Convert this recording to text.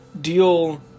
deal